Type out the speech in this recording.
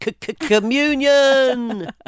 Communion